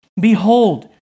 Behold